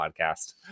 podcast